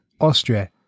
Austria